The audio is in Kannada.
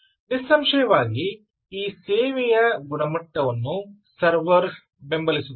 ಆದ್ದರಿಂದ ನಿಸ್ಸಂಶಯವಾಗಿ ಈ ಸೇವೆಯ ಗುಣಮಟ್ಟವನ್ನು ಸರ್ವರ್ ಬೆಂಬಲಿಸುತ್ತದೆ